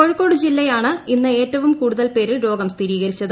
കോഴിക്കോട് ജില്ലയിലാണ് ഇന്ന് ഏറ്റവും കൂടുതൽ പേരിൽ രോഗം സ്ഥിരീകരിച്ചത്